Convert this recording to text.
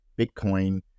Bitcoin